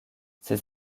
ses